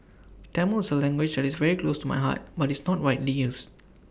Tamil is A language that is very close to my heart but it's not widely used